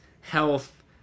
health